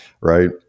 right